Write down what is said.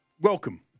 welcome